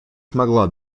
смогла